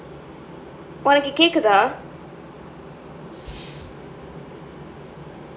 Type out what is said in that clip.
உனக்கு கேக்குதா:unakku kekuthaa